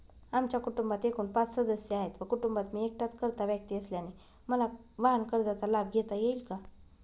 आमच्या कुटुंबात एकूण पाच सदस्य आहेत व कुटुंबात मी एकटाच कर्ता व्यक्ती असल्याने मला वाहनकर्जाचा लाभ घेता येईल का?